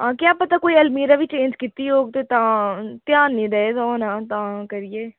हां क्या पता कोई अलमीरा बी चेंज कीती होग तां ध्यान निं रेह्दा होना तां करियै